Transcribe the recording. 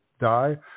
die